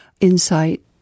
insight